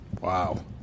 Wow